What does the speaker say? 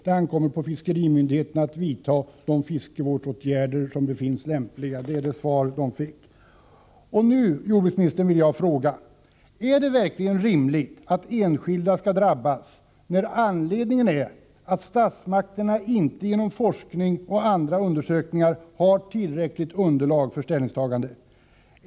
Det ankommer på fiskerimyndigheterna att vidta de fiskevårdsåtgärder som befinnes lämpliga.” Det var detta svar som de fiskare som hade ansökt om ersättning fick. Jag vill nu fråga jordbruksministern: Är det verkligen rimligt att enskilda skall drabbas, när anledningen är att statsmakterna inte, genom forskning och andra undersökningar, har skaffat sig tillräckligt underlag för ställningstaganden?